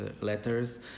letters